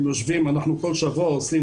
אנחנו כל שבוע עושים